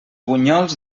bunyols